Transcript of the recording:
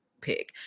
pick